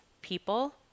people